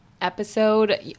episode